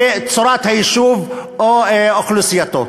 כצורת היישוב או אוכלוסייתו.